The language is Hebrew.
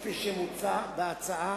כפי שמוצע בהצעה,